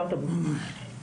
לאוטובוס.